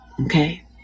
Okay